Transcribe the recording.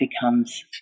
becomes